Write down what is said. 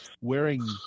wearing